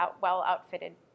well-outfitted